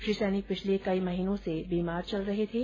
श्री सैनी पिछले कई महीनों से बीमार चल रहे थे